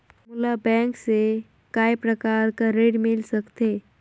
मोला बैंक से काय प्रकार कर ऋण मिल सकथे?